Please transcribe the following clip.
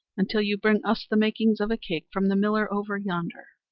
until you bring us the makings of a cake from the miller over yonder.